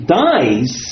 dies